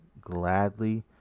gladly